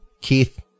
Keith